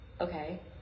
Okay